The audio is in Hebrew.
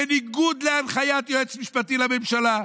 בניגוד להנחיית יועץ משפטי לממשלה.